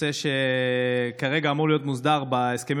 נושא שכרגע אמור להיות מוסדר בהסכמים